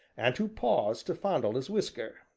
and who paused to fondle his whisker,